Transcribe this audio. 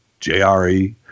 JRE